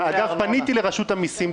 אני, אגב, פניתי לרשות המיסים.